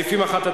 אני מבקש,